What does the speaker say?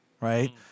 right